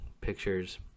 pictures